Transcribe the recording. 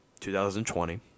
2020